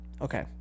okay